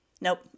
Nope